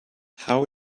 how